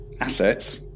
assets